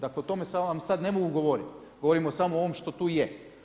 Dakle o tome vam sada ne mogu govoriti, govorim samo o ovome što tu je.